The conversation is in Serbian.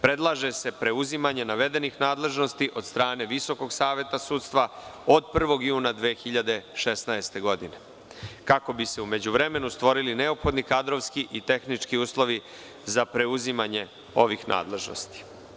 Predlaže se preuzimanje navedenih nadležnosti od strane VSS od 1. juna 2016. godine, kako bi se u međuvremenu stvorili neophodni kadrovski i tehnički uslovi za preuzimanje ovih nadležnosti.